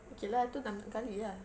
okay lah itu enam kali ah